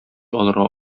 алырга